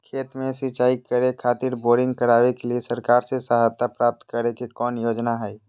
खेत में सिंचाई करे खातिर बोरिंग करावे के लिए सरकार से सहायता प्राप्त करें के कौन योजना हय?